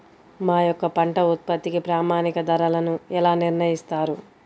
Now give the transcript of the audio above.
మా యొక్క పంట ఉత్పత్తికి ప్రామాణిక ధరలను ఎలా నిర్ణయిస్తారు?